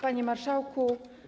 Panie Marszałku!